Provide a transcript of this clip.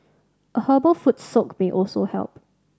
a herbal foot soak may also help